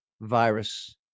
virus